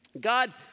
God